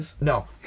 No